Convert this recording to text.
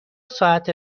ساعت